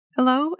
Hello